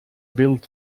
built